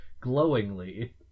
glowingly